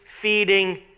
feeding